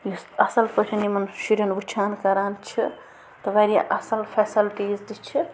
یُس اَصٕل پٲٹھۍ یِمن شُرٮ۪ن وٕچھان کَران چھِ تہٕ واریاہ اَصٕل فٮ۪سلٹیٖز تہِ چھِ